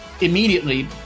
immediately